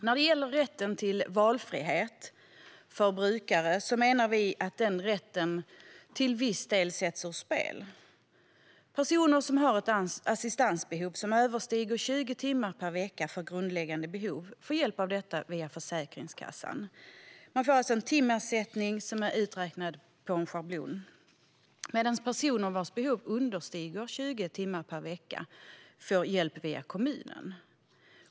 När det gäller rätten till valfrihet för brukare menar vi att den rätten till viss del sätts ur spel. Personer som har ett assistansbehov som överstiger 20 timmar per vecka för grundläggande behov får hjälp med detta via Försäkringskassan. De får alltså en timersättning som är uträknad enligt en schablon. Men personer vilkas behov understiger 20 timmar per vecka får hjälp via kommunen.